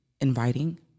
inviting